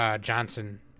Johnson